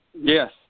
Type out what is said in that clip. Yes